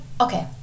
okay